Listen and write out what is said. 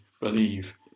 believe